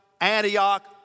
Antioch